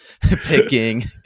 picking